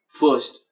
first